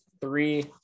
three